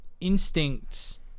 instincts